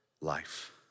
life